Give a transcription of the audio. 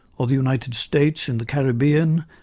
or the united states in the caribbean,